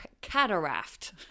cataract